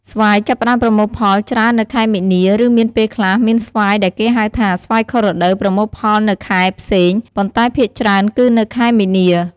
ស្វាយចាប់ផ្តើមប្រមូលផលច្រើននៅខែមីនា ឬមានពេលខ្លះមានស្វាយដែលគេហៅថាស្វាយខុសរដូវប្រមូលផលនៅខែផ្សេង ប៉ុន្តែភាគច្រើនគឺនៅខែមីនា។